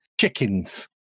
chickens